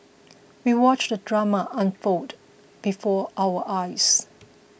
we watched the drama unfold before our eyes